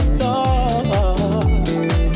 thoughts